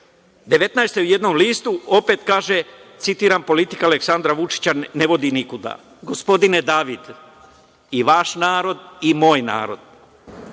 2019. u jednom listu opet kaže, citiram – politika Aleksandra Vučića ne vodi nikuda. Gospodine David, i vaš narod i moj narod,